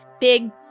big